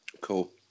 cool